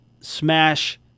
smash